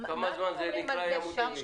כמה זמן זה נקרא באופן טבעי.